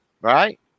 right